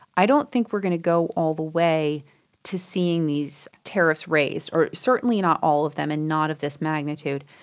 i don't think we are going to go all the way to seeing these tariffs raised, certainly not all of them and not at this magnitude.